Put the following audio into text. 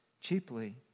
Cheaply